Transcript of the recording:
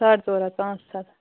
ساڈ ژور ہتھ پانٛژھ ہتھ